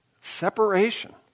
Separation